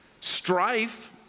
strife